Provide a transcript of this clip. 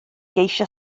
geisio